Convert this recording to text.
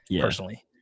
personally